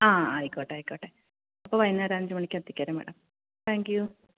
ആ ആയിക്കോട്ടെ ആയിക്കോട്ടെ അപ്പോൾ വൈകുന്നേരം അഞ്ചു മണിക്ക് എത്തിക്കോളൂ മാഡം താങ്ക് യു